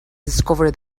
discovery